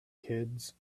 kids